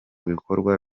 bikorwa